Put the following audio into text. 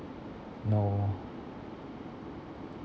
know